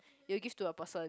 you give to a person